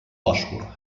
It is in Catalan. bòsfor